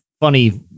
funny